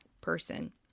person